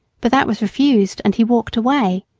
but that was refused, and he walked away.